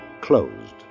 Closed